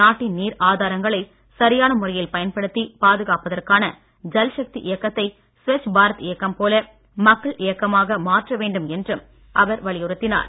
நாட்டின் நீர் ஆதாரங்களை சரியான முறையில் பயன்படுத்திப் பாதுகாப்பதற்கான ஜல் சக்தி இயக்கத்தை ஸ்வச் பாரத் இயக்கம் போல மக்கள் இயக்கமான மாற்ற வேண்டும் என்றும் அவர் வலியுறுத்தினார்